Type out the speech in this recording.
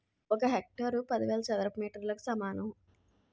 ఒక హెక్టారు పదివేల చదరపు మీటర్లకు సమానం